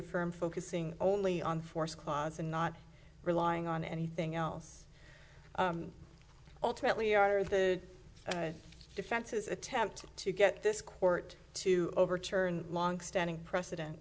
affirmed focusing only on force clause and not relying on anything else ultimately are the defense's attempt to get this court to overturn longstanding precedent